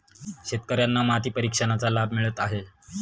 शेतकर्यांना माती परीक्षणाचा लाभ मिळत आहे